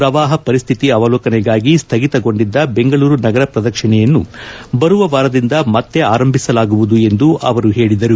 ಪ್ರವಾಹ ಪರಿಸ್ಥಿತಿ ಅವಲೋಕನೆಗಾಗಿ ಸ್ವಗಿತಗೊಂಡಿದ್ದ ಬೆಂಗಳೂರು ನಗರ ಪ್ರದಕ್ಷಿಣೆಯನ್ನು ಬರುವ ವಾರದಿಂದ ಮತ್ತೆ ಆರಂಭಿಸಲಾಗುವುದು ಎಂದು ಅವರು ಹೇಳಿದರು